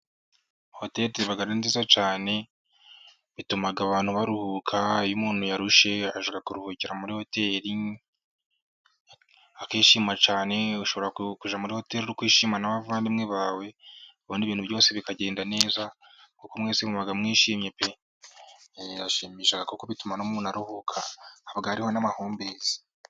Hoteli ziba ari nziza cyane bituma abantu baruhuka iyo umuntu yarushye ajya kuruhukira muri hoteri, akishima cyane, ushobora kujya muri hoteri uri kwishimana n'abavandimwe bawe, ubona ibintu byose bikagenda neza kuko mwese muba mwishimye pe! Birashimisha kuko bituma umuntu aruhuka, haba hariho n'amahumbezi.